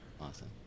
Awesome